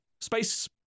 space